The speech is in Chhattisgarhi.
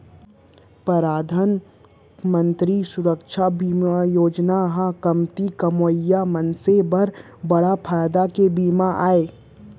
परधान मंतरी सुरक्छा बीमा योजना ह कमती कमवइया मनसे बर बड़ फायदा के बीमा आय